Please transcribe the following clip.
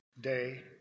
Day